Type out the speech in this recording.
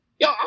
yo